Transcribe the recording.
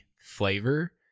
flavor